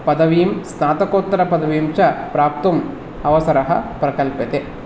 पदवीं स्नातकोत्तरपदवीं च प्राप्तुम् अवसरः प्रकल्प्यते